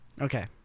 Okay